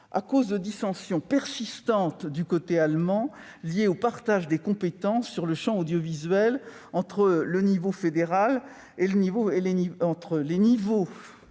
par des dissensions persistantes du côté allemand, liées au partage des compétences dans le champ audiovisuel entre les niveaux fédéral et fédéré.